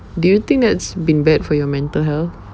do you think that's been bad for your mental health